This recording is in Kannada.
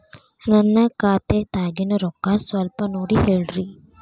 ನನ್ನ ಖಾತೆದಾಗಿನ ರೊಕ್ಕ ಸ್ವಲ್ಪ ನೋಡಿ ಹೇಳ್ರಿ